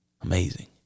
Amazing